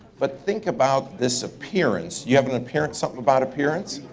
but think about this appearance. you have an appearance, something about appearance?